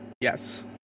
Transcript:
Yes